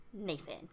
Nathan